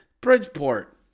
Bridgeport